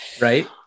right